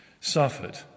suffered